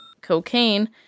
cocaine